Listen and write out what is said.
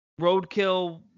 Roadkill